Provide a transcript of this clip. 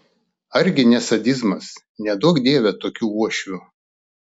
ar gi ne sadizmas neduok dieve tokių uošvių